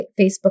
Facebook